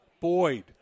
Boyd